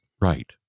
right